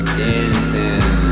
dancing